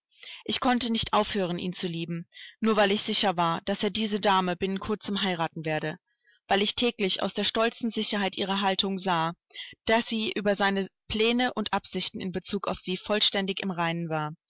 ich konnte nicht aufhören ihn zu lieben nur weil ich sicher war daß er diese dame binnen kurzem heiraten werde weil ich täglich aus der stolzen sicherheit ihrer haltung sah daß sie über seine pläne und absichten in bezug auf sie vollständig im reinen war